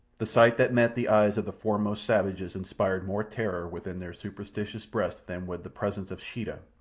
the sight that met the eyes of the foremost savages inspired more terror within their superstitious breasts than would the presence of sheeta,